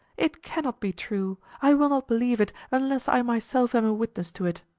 it cannot be true i will not believe it unless i myself am a witness to it.